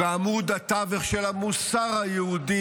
ועמוד התווך של המוסר היהודי,